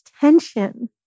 tension